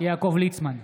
יעקב ליצמן,